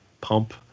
pump